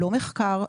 לא מחקר,